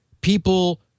people